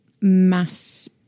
mass